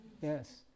yes